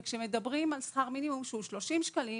וכשמדברים על שכר מינימום שהוא 30 שקלים,